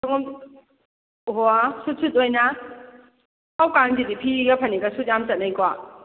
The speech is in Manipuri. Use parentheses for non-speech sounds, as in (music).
(unintelligible) ꯑꯣꯍꯣ ꯁꯨꯠ ꯁꯨꯠ ꯑꯣꯏꯅ ꯍꯧꯖꯤꯛꯀꯥꯟꯁꯤꯗꯤ ꯐꯤꯒ ꯐꯅꯦꯛꯀ ꯁꯨꯠ ꯌꯥꯝ ꯆꯠꯅꯩꯀꯣ